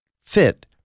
fit